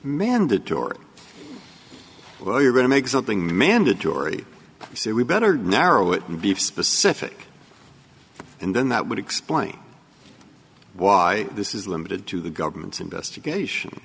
mandatory well you're going to make something mandatory so we better narrow it and be specific and then that would explain why this is limited to the government's investigation